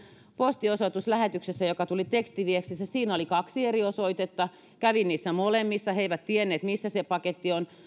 postiosoituslähetyksessä joka tuli tekstiviestissä oli kaksi eri osoitetta kävin niissä molemmissa ja he eivät tienneet missä se paketti on no